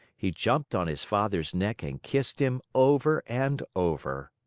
he jumped on his father's neck and kissed him over and over.